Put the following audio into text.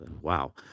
wow